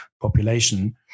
population